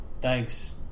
Thanks